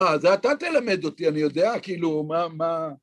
אה, זה אתה תלמד אותי, אני יודע כאילו מה...